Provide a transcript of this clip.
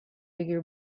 بگیر